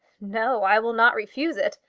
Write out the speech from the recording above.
no i will not refuse it.